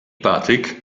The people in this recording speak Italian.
patrick